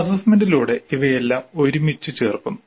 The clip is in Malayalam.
അസ്സസ്സ്മെന്റ്ലൂടെ ഇവയെല്ലാം ഒരുമിച്ച് ചേർക്കുന്നു